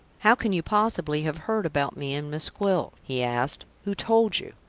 how can you possibly have heard about me and miss gwilt? he asked. who told you?